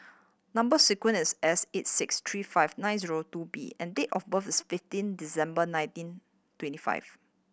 number sequence is S eight six three five nine zero two B and date of birth is fifteen December nineteen twenty five